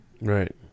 right